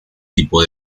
tipo